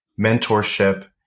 mentorship